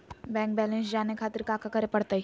Bank balance जाने खातिर काका करे पड़तई?